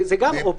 זו גם אפשרות.